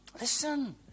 Listen